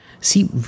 see